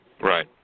Right